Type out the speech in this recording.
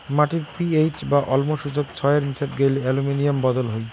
মাটির পি.এইচ বা অম্ল সূচক ছয়ের নীচাত গেইলে অ্যালুমিনিয়াম বদল হই